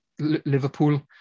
Liverpool